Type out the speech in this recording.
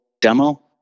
demo